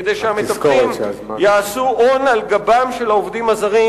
"כדי שהמתווכים יעשו הון על גבם של העובדים הזרים,